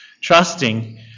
trusting